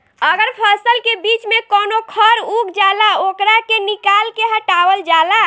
अगर फसल के बीच में कवनो खर उग जाला ओकरा के निकाल के हटावल जाला